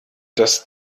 dass